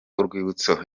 urwibutso